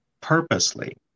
purposely